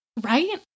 Right